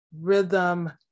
rhythm